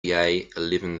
eleven